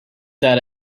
that